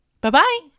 Bye-bye